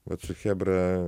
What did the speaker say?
vat su chebra